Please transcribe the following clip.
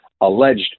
alleged